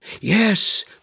Yes